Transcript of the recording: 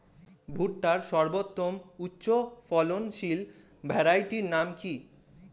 ভুট্টার সর্বোত্তম উচ্চফলনশীল ভ্যারাইটির নাম কি?